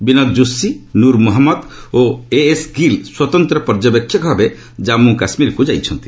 ବିନୋଦ ଯୋଶୀ ନୁର୍ ମହଞ୍ମଦ୍ ଓ ଏଏସ୍ ଗିଲ୍ ସ୍ୱତନ୍ତ୍ର ପର୍ଯ୍ୟବେକ୍ଷକ ଭାବେ ଜାମ୍ମ କାଶ୍ରୁୀରକ୍ତ ଯାଇଛନ୍ତି